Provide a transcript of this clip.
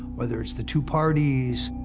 whether it's the two parties.